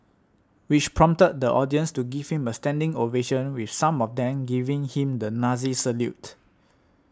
which prompted the audience to give him a standing ovation with some of them giving him the Nazi salute